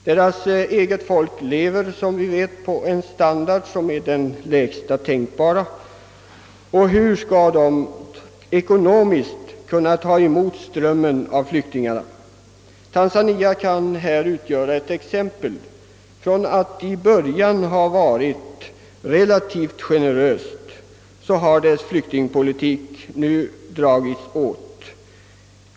Folket i dessa stater lever, som vi vet, på en standard som är den lägsta tänkbara. Hur skulle de då kunna ha ekonomiska möjligheter att ta emot strömmen av flyktingar? Tanzania kan anföras som exempel. Efter att till en början ha varit relativt generös i dessa avseenden har landets flyktingpolitik nu stramats åt.